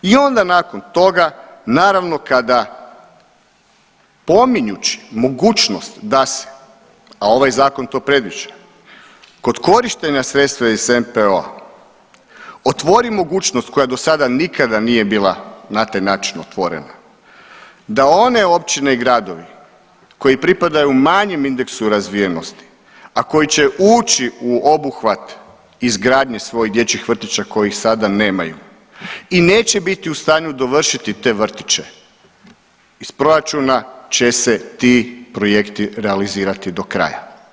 I onda nakon toga naravno kada pominjući mogućost da se, a ovaj zakon to predviđa kod korištenja sredstva iz NPO-a otvori mogućnost koja dosada nikada nije bila na taj način otvorena, da one općine i gradovi koji pripadaju manjem indeksu razvijenosti, a koji će ući u obuhvat izgradnje svojih dječjih vrtića kojih sada nemaju i neće biti u stanju dovršiti te vrtiće iz proračuna će se ti projekti realizirati do kraja.